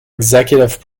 executive